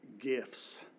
gifts